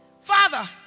Father